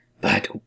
But